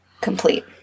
complete